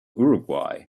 uruguay